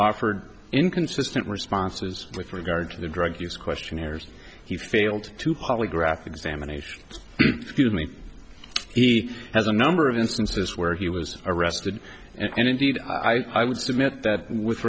offered inconsistent responses with regard to the drug use quest she hears he failed to polygraph examination scuse me he has a number of instances where he was arrested and indeed i would submit that with